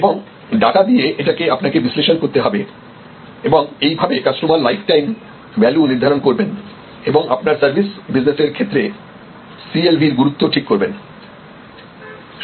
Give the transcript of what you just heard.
এবং ডাটা দিয়ে এটাকে আপনাকে বিশ্লেষণ করতে হবে এবং এইভাবে কাস্টমার লাইফটাইম ভ্যালু নির্ধারণ করবেন এবং আপনার সার্ভিস বিজনেসের ক্ষেত্রে সি এল ভি এর গুরুত্ব ঠিক করবেন